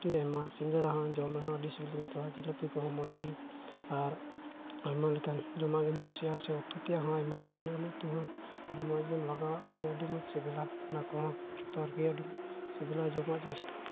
ᱟᱹᱰᱤ ᱟᱭᱢᱟ ᱥᱤᱸᱜᱟᱹᱲᱟ ᱦᱚᱸ ᱡᱚᱢ ᱨᱮᱦᱚᱸ ᱟᱹᱰᱤ ᱥᱤᱵᱤᱞᱤᱧ ᱟᱹᱭᱠᱟᱹᱣᱟ ᱡᱷᱤᱞᱟᱹᱯᱤ ᱠᱚᱦᱚᱸ ᱢᱚᱡᱽ ᱜᱮ ᱟᱨ ᱟᱭᱢᱟ ᱞᱮᱠᱟᱱ ᱡᱚᱢᱟᱜ ᱜᱤᱧ ᱠᱩᱥᱤᱭᱟᱜᱼᱟ ᱥᱮ ᱩᱛᱩ ᱛᱮᱭᱟᱜ ᱦᱚᱸ ᱟᱭᱢᱟ ᱞᱮᱠᱟᱱᱟᱜ ᱩᱛᱩ ᱦᱚᱸ ᱡᱚᱢᱟᱜ ᱨᱮᱢ ᱞᱟᱜᱟᱣᱟᱜ ᱠᱷᱟᱱ ᱦᱚᱸ ᱟᱹᱰᱤ ᱢᱚᱡᱽ ᱥᱤᱵᱤᱞᱟ ᱚᱱᱟ ᱠᱚᱦᱚᱸ ᱡᱚᱛᱚ ᱨᱮᱜᱮ ᱟᱹᱰᱤ ᱢᱚᱡᱽ ᱥᱤᱵᱤᱞᱟ ᱡᱚᱢᱟᱜ ᱡᱤᱱᱤᱥ ᱫᱚ